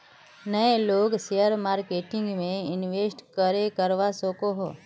नय लोग share marketing में इंवेस्ट करे करवा सकोहो?